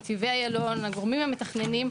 נתיבי איילון והגורמים המתכננים,